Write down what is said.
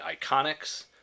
Iconics